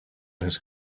his